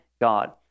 God